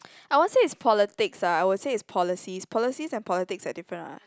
I won't say is politics ah I would say it's policies policies and politics are different ah